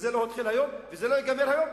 וזה לא התחיל היום וזה לא ייגמר היום,